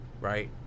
right